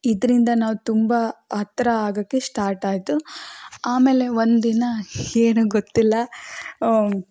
ಇದರಿಂದ ನಾವು ತುಂಬ ಹತ್ತಿರ ಆಗೋಕ್ಕೆ ಸ್ಟಾರ್ಟ್ ಆಯಿತು ಆಮೇಲೆ ಒಂದು ದಿನ ಏನೋ ಗೊತ್ತಿಲ್ಲ